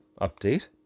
update